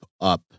up